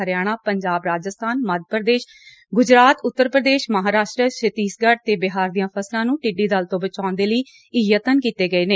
ਹਰਿਆਣਾ ਪੰਜਾਬ ਰਾਜਸਬਾਨ ਮੱਧ ਪੁਦੇਸ਼ ਗੁਜਰਾਤ ਉਂਤਰ ਪੁਦੇਸ਼ ਮਹਾਂਰਾਸ਼ਟਰ ਛੱਤੀਸਗੜ੍ ਤੇ ਬਿਹਾਰ ਦੀਆਂ ਫਸਲਾਂ ਨੂੰ ਟਿੱਡੀ ਦਲ ਤੋਂ ਬਚਾਉਣ ਦੇ ਲਈ ਇਹ ਯਤਨ ਕੀਤੇ ਗਏ ਨੇ